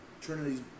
Trinity's